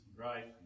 Right